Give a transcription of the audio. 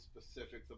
specifics